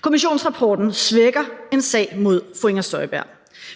Kommissionsrapporten svækker en sag mod fru Inger Støjberg.